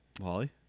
Wally